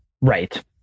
Right